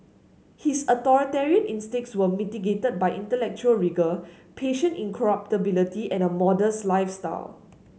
his authoritarian instincts were mitigated by intellectual rigour patient incorruptibility and a modest lifestyle